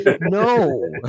No